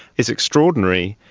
is extraordinary.